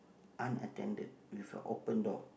unattended with a open door